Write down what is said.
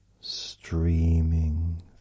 streaming